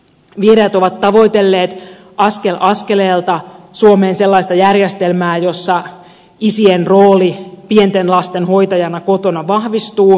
vihreät ovat tavoitelleet askel askeleelta suomeen sellaista järjestelmää jossa isien rooli pienten lasten hoitajana kotona vahvistuu